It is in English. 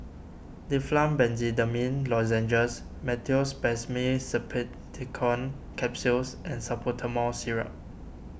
Difflam Benzydamine Lozenges Meteospasmyl Simeticone Capsules and Salbutamol Syrup